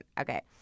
Okay